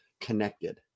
connected